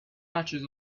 patches